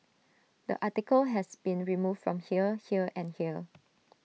the article has been removed from here here and here